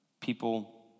people